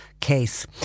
case